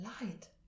light